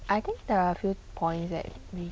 I think there are a few points that be